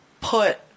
Put